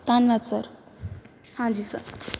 ਧੰਨਵਾਦ ਸਰ ਹਾਂਜੀ ਸਰ